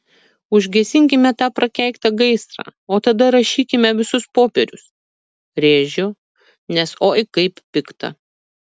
užgesinkime tą prakeiktą gaisrą o tada rašykime visus popierius rėžiu nes oi kaip pikta